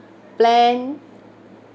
plan